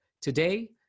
Today